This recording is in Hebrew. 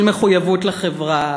של מחויבות לחברה,